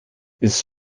ist